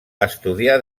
estudià